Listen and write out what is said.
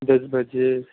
دس بجے